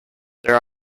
there